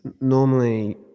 normally